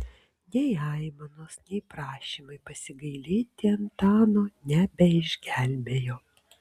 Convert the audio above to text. nei aimanos nei prašymai pasigailėti antano nebeišgelbėjo